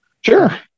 Sure